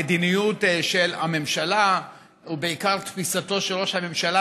המדיניות של הממשלה ובעיקר תפיסתו של ראש הממשלה